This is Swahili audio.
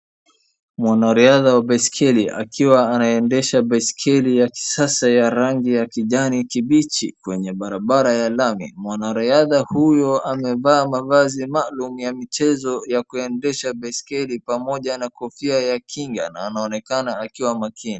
Mwanariadha wa baiskeli akiwa anaendesha baiskeli ya kisasa ya rangi ya kijani kimbichi kwenye barabara ya lami. Mwanariadha huyo amevaa mavazi maalum ya michezo ya kuendesha baiskeli pamoja na kofia ya kihna na anaonekana akiwa makini.